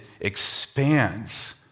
expands